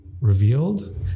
revealed